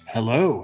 Hello